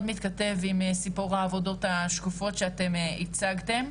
מתכתב עם סיפור העבודות השקופות שאתן הצגתן.